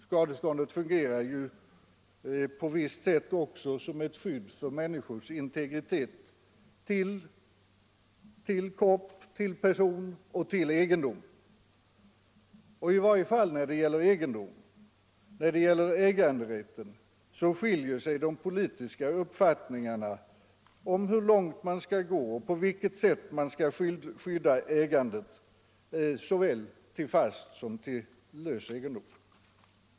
Skadeståndet fungerar på visst sätt också som ett skydd för människors integritet — till person och till egendom. I varje fall när det gäller skyddet för äganderätten skiljer sig de politiska bedömningarna av hur långt man skall gå och på vilket sätt man skall skydda ägandet såväl när det gäller fast som när det gäller lös egendom.